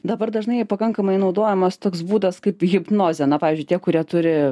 dabar dažnai pakankamai naudojamas toks būdas kaip hipnozė na pavyzdžiui tie kurie turi